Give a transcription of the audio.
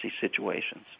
situations